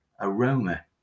aroma